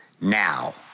now